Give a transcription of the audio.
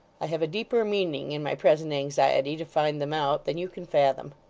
i have a deeper meaning in my present anxiety to find them out, than you can fathom.